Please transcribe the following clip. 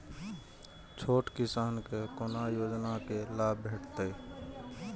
छोट किसान के कोना योजना के लाभ भेटते?